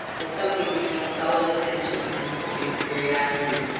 with something between sullen attention, and quickened curiosity.